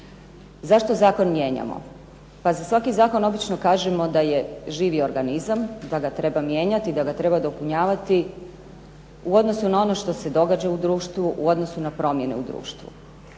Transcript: Zašto zakon mijenjamo? Pa za svaki zakon obično kažemo da je živi organizam, da ga treba mijenjati, da ga treba dopunjavati u odnosu na ono što se događa u društvu, u odnosu na promjene u društvu.